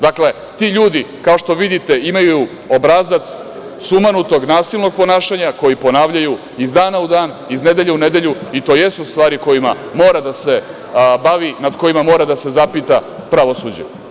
Dakle, ti ljudi kao što vidite imaju obrazac sumanutog, nasilnog ponašanja koji ponavljaju iz dana u dan, iz nedelje u nedelju i to jesu stvari kojima mora da se bavi, nad kojima mora da se zapita pravosuđe.